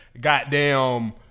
Goddamn